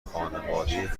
خانواده